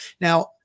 Now